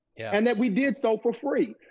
and that we did so for free.